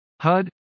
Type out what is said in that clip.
HUD